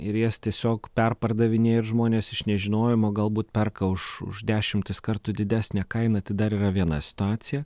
ir jas tiesiog perpardavinėja žmonės iš nežinojimo galbūt perka už už dešimtis kartų didesnę kainą tai dar yra viena situacija